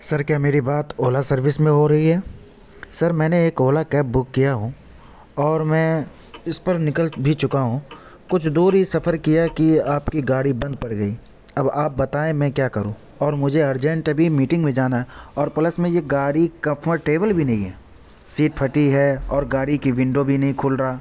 سر کیا میری بات اولا سروس میں ہو رہی ہے سر میں نے ایک اولا کیب بک کیا ہوں اور میں اِس پر نکل بھی چُکا ہوں کچھ دور ہی سفر کیا کہ آپ کی گاڑی بند پڑ گئی اب آپ بتائیں میں کیا کروں اور مجھے ارجنٹ ابھی میٹنگ میں جانا اور پلس میں یہ گاڑی کمفرٹیبل بھی نہیں ہے سیٹ پھٹی ہے اور گاڑی کی ونڈو بھی نہیں کھل رہا